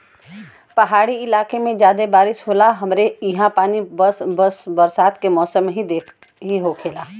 पहाड़ी इलाके में जादा बारिस होला हमरे ईहा पानी बस बरसात के मौसम में ही होखेला